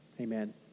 Amen